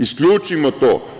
Isključimo to.